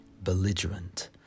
belligerent